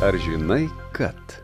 ar žinai kad